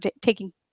taking